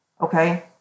Okay